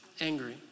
angry